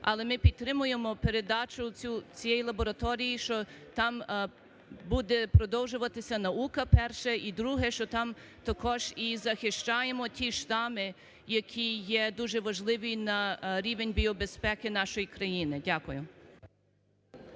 Але ми підтримуємо передачу цієї лабораторії, що там буде продовжуватися наука – перше; і друге – що там також і захищаємо ті ж самі, які є дуже важливі і на рівень біобезпеки нашої країни. Дякую.